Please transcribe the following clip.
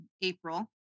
April